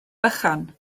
bychan